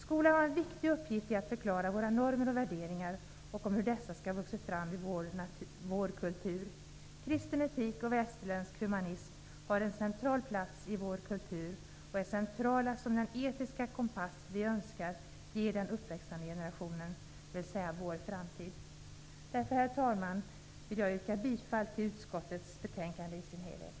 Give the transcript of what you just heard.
Skolan har en viktig uppgift i att förklara våra normer och värderingar och om hur dessa har vuxit fram i vår kultur. Kristen etik och västerländsk humanism har en central plats i vår kultur och är centrala som den etiska kompass vi önskar ge den uppväxande generationen, dvs. vår framtid. Därför, herr talman, vill jag yrka bifall till utskottets hemställan i dess helhet.